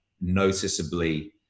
noticeably